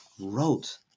wrote